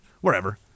wherever